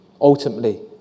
Ultimately